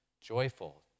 joyful